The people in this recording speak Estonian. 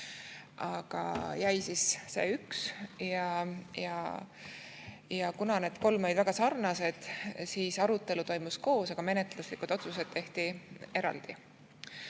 Aga jäi siis see üks. Kuna need kolm olid väga sarnased, siis arutelu toimus koos, aga menetluslikud otsused tehti eraldi.